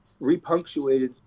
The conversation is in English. repunctuated